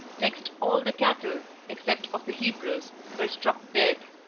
next, all the cattle, except of the hebrews, were struck dead.